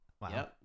wow